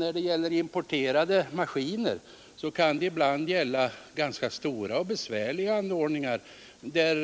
När det gäller importerade maskiner kan det också ibland röra sig om ganska stora och besvärliga anordningar, när